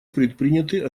предприняты